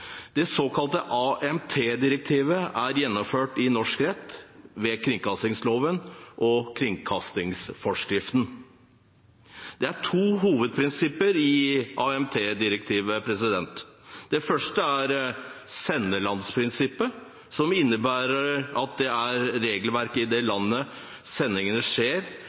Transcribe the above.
Det såkalte AMT-direktivet er gjennomført i norsk rett ved kringkastingsloven og kringkastingsforskriften. Det er to hovedprinsipper i AMT-direktivet. Det første er senderlandsprinsippet, som innebærer at det er regelverket i det landet sendingene skjer,